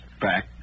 back